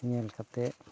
ᱧᱮᱞ ᱠᱟᱛᱮ